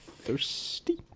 thirsty